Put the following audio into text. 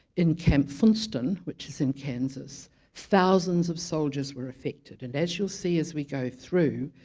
in camp funston, which is in kansas thousands of soldiers were affected and as you'll see as we go through,